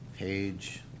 Page